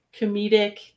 comedic